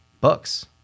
books